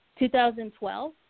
2012